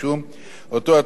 שהתובע הכין מראש.